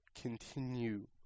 continue